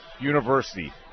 university